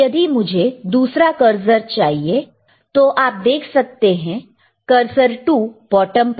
तो यदि मुझे दूसरा करसर चाहिए तो आप देख सकते हैं करसर 2 बॉटम पर है